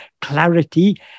clarity